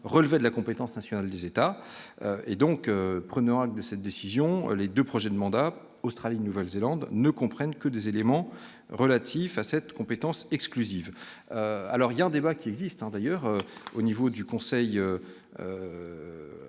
relevait de la compétence nationale des États et donc prenant acte de cette décision, les 2 projets de mandat, Australie, Nouvelle-Zélande ne comprennent que des éléments relatifs à cette compétence exclusive, alors il y a un débat qui existe d'ailleurs au niveau du conseil voilà